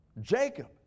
Jacob